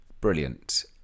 brilliant